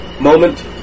moment